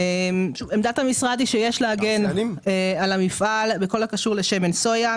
עמדת המשרד היא שיש להגן על המפעל בכל הקשור לשמן סויה.